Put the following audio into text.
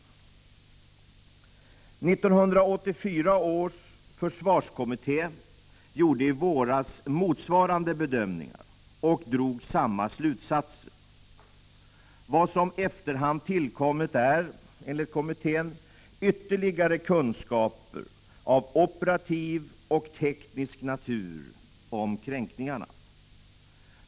1984 års försvarskommitté gjorde i våras motsvarande bedömning och drog samma slutsatser. Vad som efter hand tillkommit är, enligt kommittén, ytterligare kunskaper av operativ och teknisk natur om kränkningarna.